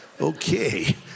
Okay